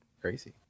Crazy